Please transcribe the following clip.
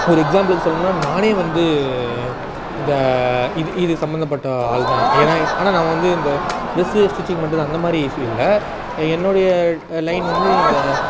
ஒரு எக்ஸாம்பிளுக்கு சொல்லணுன்னா நானே வந்து இந்த இது இது சம்மந்தப்பட்ட ஆள் தான் ஏன்னா ஆனால் நான் வந்து இந்த ட்ரெஸ்ஸு ஸ்டிச்சிங் பண்ணுறது அந்தமாதிரி விஷயம் இல்லை என்னுடைய லைன் வந்து இந்த